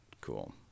cool